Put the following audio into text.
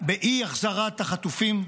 באי-החזרת החטופים,